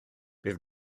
bydd